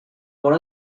one